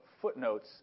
footnotes